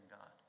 God